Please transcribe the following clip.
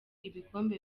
ibikombe